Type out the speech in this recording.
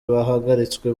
bahagaritswe